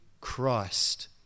Christ